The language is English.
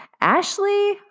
Ashley